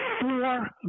four